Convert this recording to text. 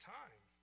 time